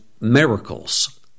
miracles